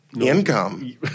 income